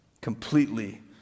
completely